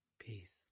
peace